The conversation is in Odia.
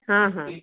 ହଁ ହଁ